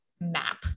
Map